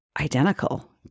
identical